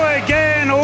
again